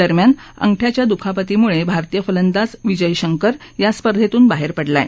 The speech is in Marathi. दरम्यान अंगठ्याच्या दुखापतीमुळे भारतीय फलंदाज विजय शंकर या स्पर्धेतून बाहेर पडला आहे